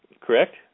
correct